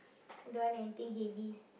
I don't want anything heavy